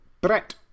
Brett